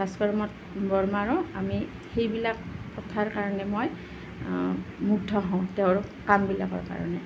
ভাস্কৰ বৰ্মাৰো আমি সেইবিলাক কথাৰ কাৰণে মই মুগ্ধ হওঁ তেওঁৰ কামবিলাকৰ কাৰণে